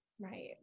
Right